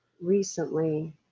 recently